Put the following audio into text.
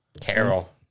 Carol